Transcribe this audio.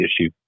issue